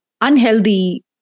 unhealthy